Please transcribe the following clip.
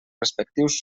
respectius